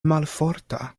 malforta